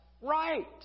right